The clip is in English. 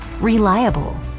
reliable